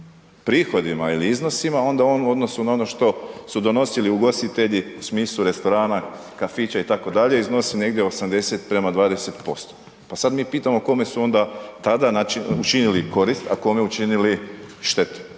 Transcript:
prihodima ili iznosima onda on u odnosu na ono što su donosili ugostitelji u smislu restorana, kafića itd., iznosi negdje 80 prema 20%. Pa sad mi pitamo kome su onda tada znači učinili korist, a kome učinili štetu?